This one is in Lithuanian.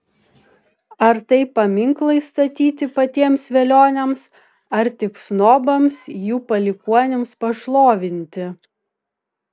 ar tai paminklai statyti patiems velioniams ar tik snobams jų palikuonims pašlovinti